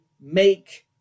make